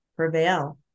prevail